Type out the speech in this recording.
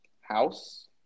house